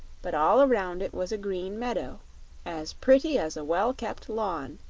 but all around it was a green meadow as pretty as a well-kept lawn,